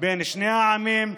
בין שני העמים.